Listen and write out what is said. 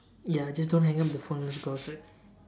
ya just don't hang up the phone let's go outside